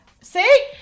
See